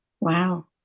Wow